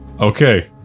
Okay